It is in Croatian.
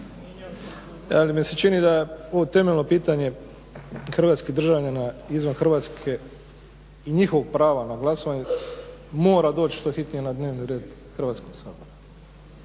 Ali mi se čini da ovo temeljno pitanje hrvatskih državljana izvan Hrvatske i njihovog prava na glasovanje mora doći što hitnije na dnevni red Hrvatskog